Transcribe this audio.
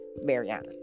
Mariana